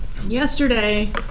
Yesterday